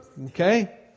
okay